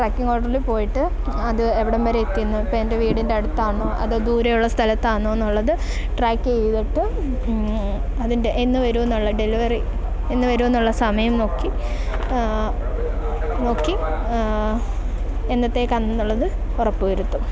tracking ഓടറിൽ പോയിട്ട് അത് എവിടംവരെ എത്തിയെന്ന് ഇപ്പം എൻ്റെ വീടിൻ്റെ അടുത്താണോ അതോ ദൂരെയുള്ള സ്ഥലത്താണോ എന്നുള്ളത് ട്രാക്ക് ചെയ്തിട്ട് അതിൻ്റെ എന്നുവരും എന്നുള്ള ഡെലിവറി എന്നു വരും എന്നുള്ള സമയം നോക്കി നോക്കി എന്നത്തേക്കാണ് എന്നുള്ളത് ഉറപ്പുവരുത്തും